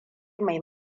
mai